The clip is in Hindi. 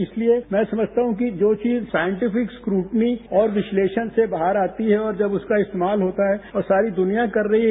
इसलिए मैं समझता हूं कि जो चीज सांइटिफिक स्क्रूटनी और विश्लेषण से बाहर आती है और जब उसका इस्तेमाल होता है और सारी दुनिया कर रही है